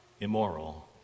immoral